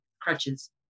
crutches